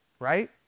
Right